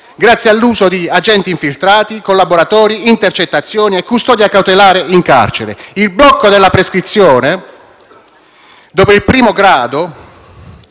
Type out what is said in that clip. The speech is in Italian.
grazie all'uso di agenti infiltrati, collaboratori, intercettazioni e custodia cautelare in carcere. Il blocco della prescrizione dopo il primo grado